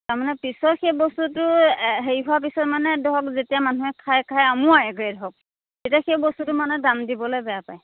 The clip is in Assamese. তাৰমানে পিছৰ সেই বস্তুটো হেৰি হোৱাৰ পিছত মানে ধৰক যেতিয়া মানুহে খাই খাই আমুৱাইগৈ ধৰক এতিয়া সেই বস্তুটো মানে দাম দিবলৈ বেয়া পায়